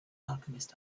alchemist